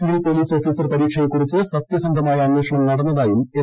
civil police officer പരീക്ഷയെക്കുറിച്ച് സത്യസ്ന്ധമായ അന്വേഷണം നടന്നതായും എം